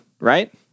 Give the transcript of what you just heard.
right